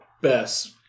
best